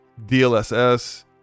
DLSS